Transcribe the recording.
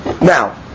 Now